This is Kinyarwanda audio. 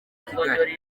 kigali